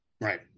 Right